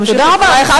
תמשיכי את דברייך.